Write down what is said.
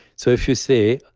so if you say.